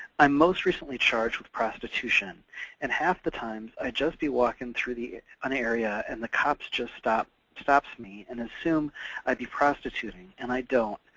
i'm most recently charged with prostitution and half the times i just be walking through an area and the cops just stops stops me and assume i be prostituting and i don't,